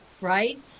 right